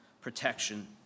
protection